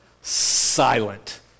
silent